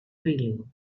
failing